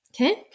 Okay